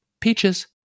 Peaches